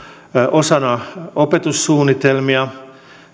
osana opetussuunnitelmia